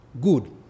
good